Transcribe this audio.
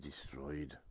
destroyed